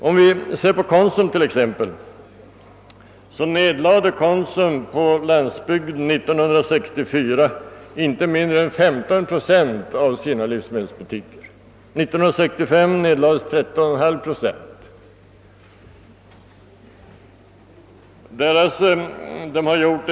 Om vi ser t.ex. på Konsum, finner vi att Konsum på landsbygden år 1964 nedlade inte mindre än 15 procent av sina livsmedelsbutiker. år 1965 nedlades 13,5 procent.